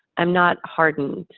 i'm not hardened.